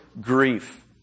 grief